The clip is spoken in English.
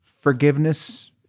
forgiveness